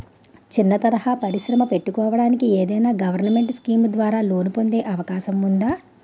చిన్న తరహా పరిశ్రమ పెట్టుకోటానికి ఏదైనా గవర్నమెంట్ స్కీం ద్వారా లోన్ పొందే అవకాశం ఉందా?